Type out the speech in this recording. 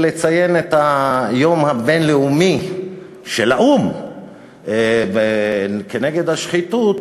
לציין את היום הבין-לאומי של האו"ם נגד השחיתות,